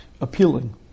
appealing